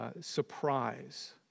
surprise